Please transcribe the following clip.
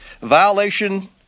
violation